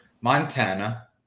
Montana